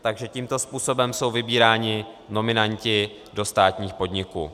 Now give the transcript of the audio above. Takže tímto způsobem jsou vybíráni nominanti do státních podniků.